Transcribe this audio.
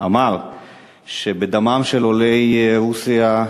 אמר שבדמם של עולי רוסיה,